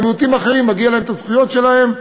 גם מיעוטים אחרים מגיעות להם הזכויות שלהם,